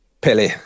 Pele